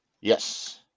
Yes